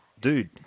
dude